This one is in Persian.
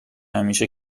همیشه